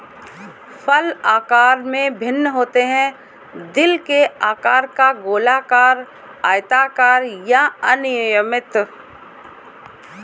फल आकार में भिन्न होते हैं, दिल के आकार का, गोलाकार, आयताकार या अनियमित